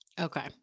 Okay